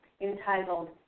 entitled